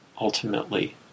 ultimately